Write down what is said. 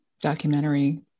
documentary